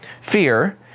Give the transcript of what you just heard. fear